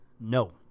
No